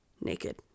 naked